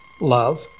Love